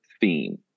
theme